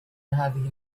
هذه